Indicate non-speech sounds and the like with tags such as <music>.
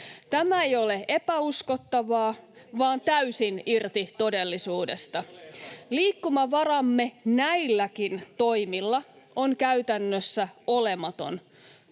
Tämä ei ole epäuskottavaa vaan täysin irti todellisuudesta. <noise> Liikkumavaramme näilläkin toimilla on käytännössä olematon,